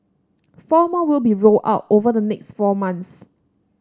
four more will be rolled out over the next four months